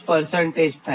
36 થાય